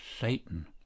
satan